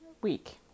week